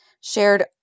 shared